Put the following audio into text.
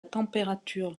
température